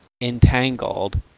entangled